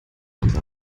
unser